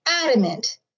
adamant